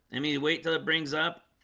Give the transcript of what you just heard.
i mean wait till it brings up